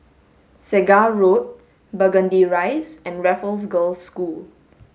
Segar Road Burgundy Rise and Raffles Girls' School